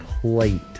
plate